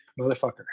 motherfucker